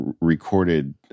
recorded